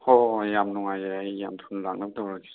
ꯍꯣ ꯍꯣꯏ ꯌꯥꯝ ꯅꯨꯡꯉꯥꯏꯖꯔꯦ ꯑꯩ ꯌꯥꯝ ꯊꯨꯅ ꯂꯥꯛꯅꯕ ꯇꯧꯔꯒꯦ